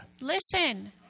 Listen